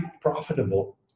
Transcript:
profitable